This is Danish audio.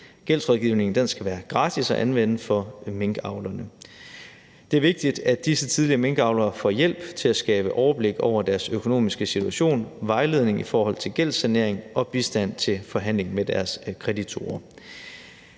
Gældsrådgivningen skal være gratis at anvende for minkavlerne. Det er vigtigt, at disse tidligere minkavlere får hjælp til at skabe overblik over deres økonomiske situation, vejledning i forhold til gældssanering og bistand til forhandling med deres kreditorer.